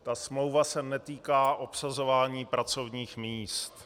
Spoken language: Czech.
Ta smlouva se netýká obsazování pracovních míst.